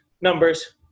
numbers